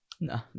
no